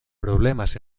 problemas